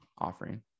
offering